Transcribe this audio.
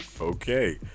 Okay